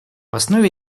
основе